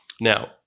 Now